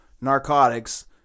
narcotics